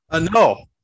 No